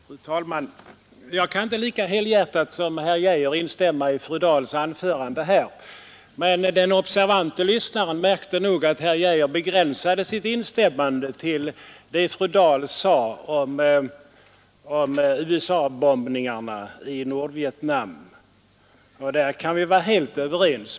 Fru talman! Jag kan inte lika helhjärtat som herr Geijer i Stockholm instämma i fru Dahls anförande. Men den observante lyssnaren märkte nog att herr Geijer begränsade sitt instämmande till att avse det fru Dahl sade om USA-bombningarna i Nordvietnam, och där kan vi vara helt överens.